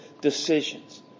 decisions